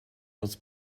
was